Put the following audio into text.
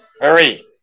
Hurry